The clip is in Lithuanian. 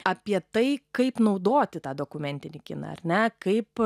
apie tai kaip naudoti tą dokumentinį kiną ar ne kaip